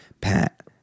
pat